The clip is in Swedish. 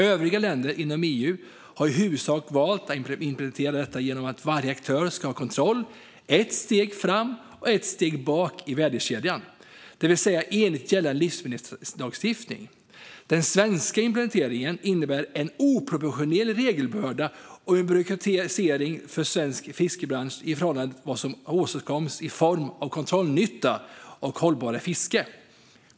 Övriga länder inom EU har i huvudsak valt att implementera detta genom att varje aktör ska ha kontroll ett steg framåt och ett steg bakåt i värdekedjan, det vill säga enligt gällande livsmedelslagstiftning. Den svenska implementeringen innebär en oproportionerlig regelbörda och byråkratisering av svensk fiskebransch i förhållande till vad som åstadkoms i form av kontrollnytta och ett hållbarare fiske.